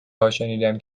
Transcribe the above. هاشنیدم